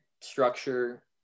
structure